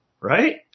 right